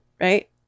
right